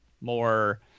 more